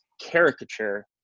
caricature